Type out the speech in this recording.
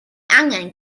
angen